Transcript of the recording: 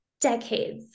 decades